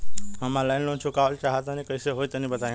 हम online loan चुकावल चाहऽ तनि कइसे होई तनि बताई?